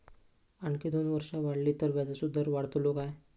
आणखी दोन वर्षा वाढली तर व्याजाचो दर वाढतलो काय?